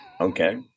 okay